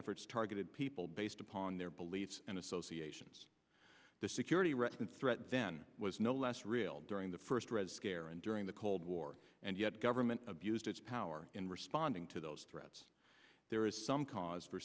efforts targeted people based upon their beliefs and associations the security reckons threat then was no less real during the first red scare and during the cold war and yet government abused its power in responding to those threats there is some cause